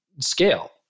scale